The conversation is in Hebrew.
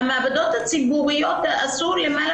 המעבדות הציבוריות עשו למעלה